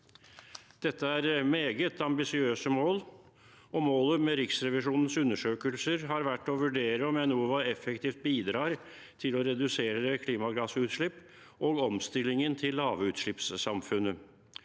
Dette er meget ambisiøse mål. Målet med Riksrevisjonens undersøkelser har vært å vurdere om Enova effektivt bidrar til å redusere klimagassutslipp og til omstillingen til lavutslippssamfunnet,